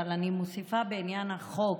אבל אני מוסיפה בעניין החוק